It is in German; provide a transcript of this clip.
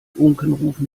unkenrufen